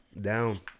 Down